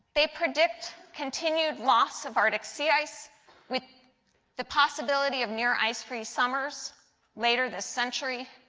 they predict continued loss of arctic sea ice with the possibility of near ice free summers later this century.